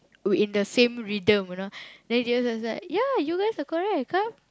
we in the same rhythm you know then teacher was like ya you guys are correct come